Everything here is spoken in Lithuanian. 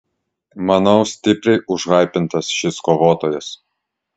manau stipriai užhaipintas šis kovotojas